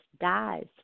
dies